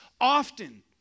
often